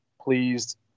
pleased